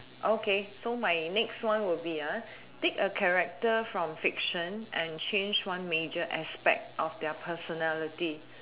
okay so my next one will be ah take a character from fiction and change one major aspect of their personality